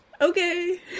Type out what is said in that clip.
Okay